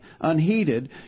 unheeded